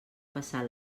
passar